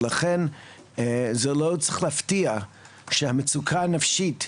ולכן זה לא צריך להפתיע שהמצוקה הנפשית,